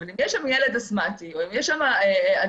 אבל אם יש שם ילד אסתמטי או אם יש שם